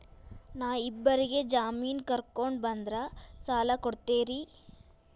ನಾ ಇಬ್ಬರಿಗೆ ಜಾಮಿನ್ ಕರ್ಕೊಂಡ್ ಬಂದ್ರ ಸಾಲ ಕೊಡ್ತೇರಿ?